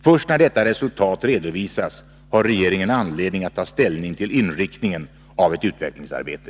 Först när detta resultat redovisas har regeringen anledning ta ställning till inriktningen av ett utvecklingsarbete.